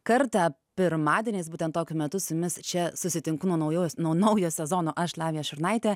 kartą pirmadieniais būtent tokiu metu su jumis čia susitinku nuo naujos nuo naujo sezono aš lavija šurnaitė